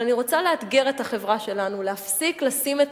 אבל אני רוצה לאתגר את החברה שלנו: להפסיק לשים את